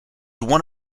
one